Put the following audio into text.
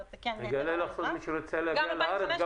אגלה לך סוד: מי שרוצה להגיע לארץ,